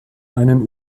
einen